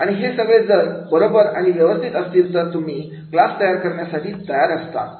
आणि हे सगळे जर बरोबर आणि व्यवस्थित असतील तर तुम्ही क्लास तयार करण्यासाठी तयार असता